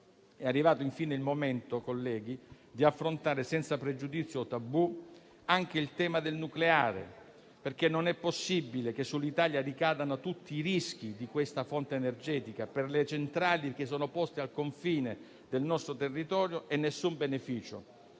È arrivato infine il momento, colleghi, di affrontare senza pregiudizi o tabù anche il tema del nucleare, perché non è possibile che sull'Italia ricadano tutti i rischi di questa fonte energetica, per le centrali poste al confine con il nostro territorio, e nessun beneficio.